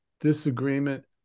Disagreement